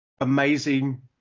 amazing